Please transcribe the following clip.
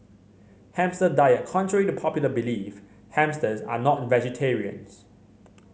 hamster diet contrary to popular belief hamsters are not vegetarians